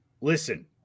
Listen